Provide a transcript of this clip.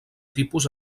tipus